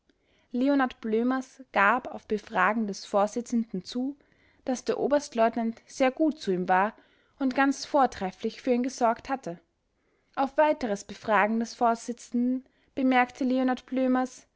leonard blömers gab auf befragen des vorsitzenden zu daß der oberstleutnant sehr gut zu ihm war und ganz vortrefflich für ihn gesorgt hatte auf weiteres befragen des vorsitzenden bemerkte leonard blömers